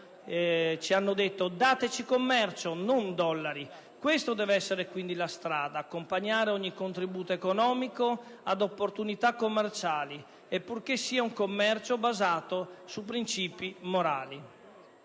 dicendoci: dateci commercio, non dollari! Questa deve essere quindi la strada: accompagnare ogni contributo economico ad opportunità commerciali, e purché sia un commercio basato su principi morali.